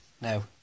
No